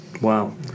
Wow